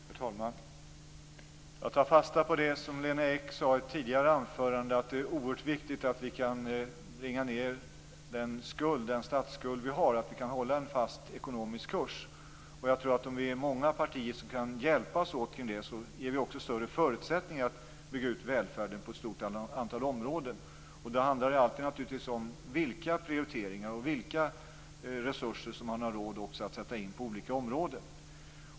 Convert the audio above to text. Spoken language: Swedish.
Herr talman! Jag tar fasta på det som Lena Ek sade i ett tidigare anförande, att det är oerhört viktigt att vi kan bringa ned statsskulden och att vi kan hålla en fast ekonomisk kurs. Om många partier kan hjälpas åt med det, tror jag att vi får större förutsättningar att bygga ut välfärden på ett stort antal områden. Det handlar då naturligtvis om vilka prioriteringar som man gör och vilka resurser som man har råd att sätta in på olika områden.